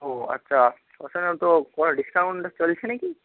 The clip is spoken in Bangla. ও আচ্ছা কোনো ডিসকাউন্ট চলছে না কি